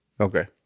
Okay